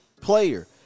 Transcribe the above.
player